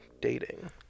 dating